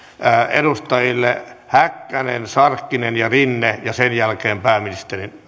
edustajille häkkänen sarkkinen ja rinne sen jälkeen pääministerin